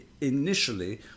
initially